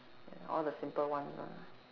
all the simple ones lah